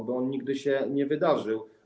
Oby on nigdy się nie wydarzył.